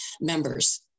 members